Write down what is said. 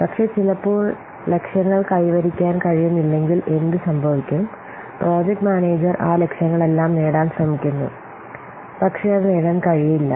പക്ഷേ ചിലപ്പോൾ ലക്ഷ്യങ്ങൾ കൈവരിക്കാൻ കഴിയുന്നില്ലെങ്കിൽ എന്ത് സംഭവിക്കും പ്രോജക്ട് മാനേജർ ആ ലക്ഷ്യങ്ങളെല്ലാം നേടാൻ ശ്രമിക്കുന്നു പക്ഷേ അത് നേടാൻ കഴിയില്ല